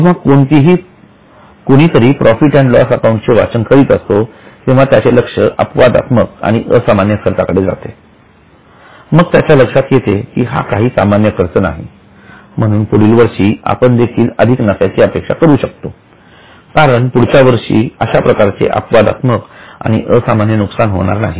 जेव्हा कोणीतरी profit and loss account चे वाचन करीत असतो तेव्हा त्यांचे लक्ष अपवादात्मक आणि असामान्य खर्चाकडे जाते मग त्यांच्या लक्षात येते की हा काही सामान्य खर्च नाही म्हणून पुढील वर्षी आपण देखील अधिक नफ्याची अपेक्षा करू शकतो कारण पुढील वर्षी अशाप्रकारचे अपवादात्मक आणि असामान्य नुकसान होणार नाही